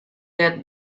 the